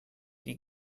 die